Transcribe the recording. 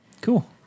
Cool